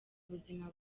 buzima